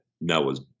Noah's